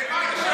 לאט.